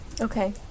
Okay